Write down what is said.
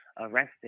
arrested